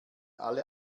alle